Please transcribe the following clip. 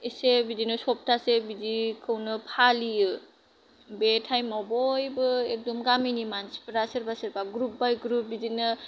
एसे बिदिनो सप्तासे बिदिखौनो फालियो बे टाइमआव बयबो एकदम गामिनि मानसिफ्रा सोरबा सोरबा ग्रुप बाइ ग्रुप बिदिनो